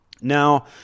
Now